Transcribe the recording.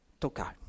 tocar